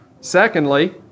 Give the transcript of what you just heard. Secondly